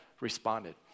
responded